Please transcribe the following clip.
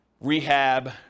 rehab